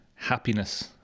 happiness